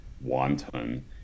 wanton